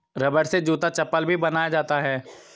रबड़ से जूता चप्पल भी बनाया जाता है